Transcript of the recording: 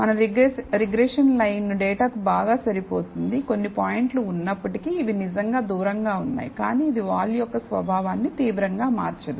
మన regression line డేటాకు బాగా సరిపోతుంది కొన్ని పాయింట్లు ఉన్నప్పటికీ ఇవి నిజంగా దూరంగా ఉన్నాయి కానీ ఇది వాలు యొక్క స్వభావాన్ని తీవ్రంగా మార్చదు